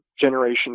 generation